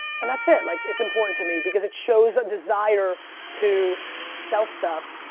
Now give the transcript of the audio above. and that's it, like it's important to me, because it shows a desire to sell stuff,